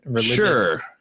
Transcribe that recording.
Sure